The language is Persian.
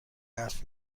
حرف